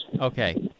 Okay